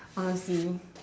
honestly